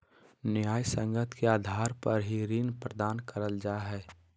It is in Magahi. न्यायसंगत के आधार पर ही ऋण प्रदान करल जा हय